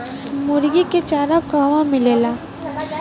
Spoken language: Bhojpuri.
मुर्गी के चारा कहवा मिलेला?